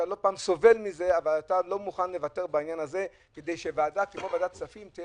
ולא מוכן לוותר כדי שוועדת הכספים תהיה